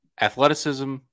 Athleticism